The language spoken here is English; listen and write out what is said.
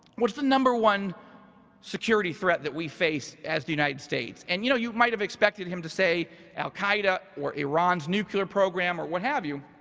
what's the number one security threat that we face as the united states? and you know you might've expected him to say al qaeda or iran nuclear program, or what have you.